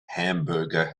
hamburger